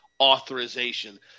authorization